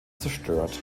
zerstört